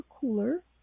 cooler